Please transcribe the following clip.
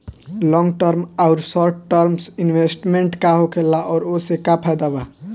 Long term आउर short term investment का होखेला और ओसे का फायदा बा?